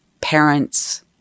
parents